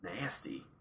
nasty